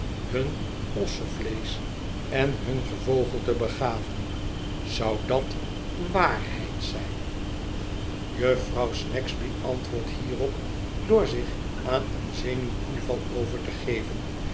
hun ossenvleesch en hun gevogelte begaven zou dat wa a rheid zijn jufvrouw snagsby antwoordt hierop door zich aan een zenuwtoeval over te geven